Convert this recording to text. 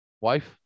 Wife